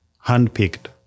hand-picked